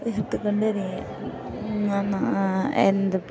ഉയർത്തിക്കൊണ്ട് വരികയാണ് എന്നാ എന്ത്